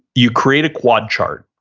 you create a quad chart,